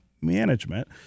management